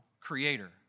creator